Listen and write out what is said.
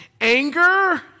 Anger